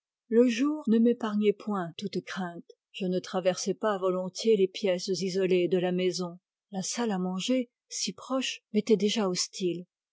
le jour ne m'épargnait point toute crainte je ne traversais pas volontiers les pièces isolées de la maison la salle à manger si proche m'était déjà hostile